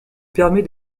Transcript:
permet